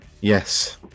Yes